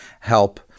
help